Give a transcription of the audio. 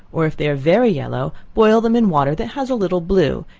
or if they are very yellow, boil them in water that has a little blue,